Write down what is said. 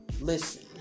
listen